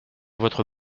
votre